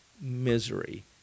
misery